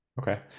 Okay